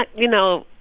like you know,